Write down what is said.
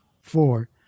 four